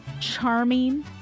Charming